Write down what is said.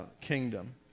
kingdom